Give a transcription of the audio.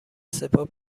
سپاه